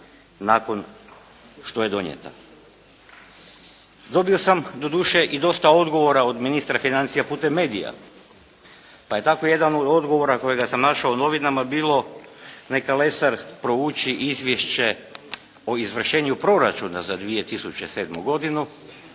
nakon što je donijeta. Dobio sam doduše i dosta odgovora od ministra financija putem medija, pa je tako jedan od odgovora koji sam našao u novinama bilo "Neka Lesar prouči Izvješće o izvršenju proračuna za 2007. godinu